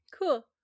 Cool